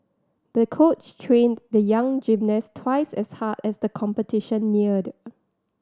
the coach trained the young gymnast twice as hard as the competition neared